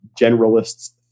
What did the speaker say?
generalists